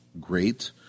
great